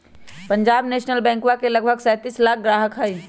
Punjab National बैंकवा के लगभग सैंतीस लाख ग्राहक हई